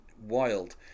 wild